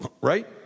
right